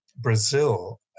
Brazil